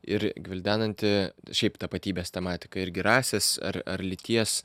ir gvildenanti šiaip tapatybės tematiką ir gerąsias ar ar lyties